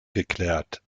geklärt